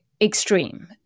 extreme